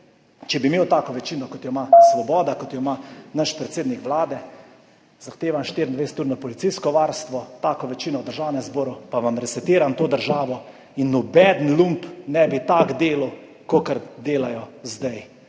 če bi imel tako večino, kot jo ima Svoboda, kot jo ima naš predsednik Vlade, bi zahteval 24-urno policijsko varstvo, če bi imel tako večino v Državnem zboru, bi resetiral to državo in nobeden lump ne bi tako delal, kakor delajo zdaj,